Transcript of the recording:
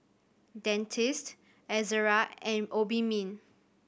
Dentiste Ezerra and Obimin